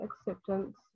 acceptance